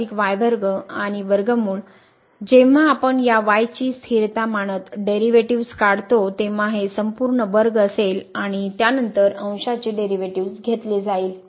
तर येथे आणि वर्गमूळ जेव्हा आपण या y ची स्थिरता मानत डेरिव्हेटिव्ह्ज काढतो तेव्हा हे संपूर्ण वर्ग असेल आणि त्यानंतर अंशाची डेरिव्हेटिव्ह्ज घेतली जाईल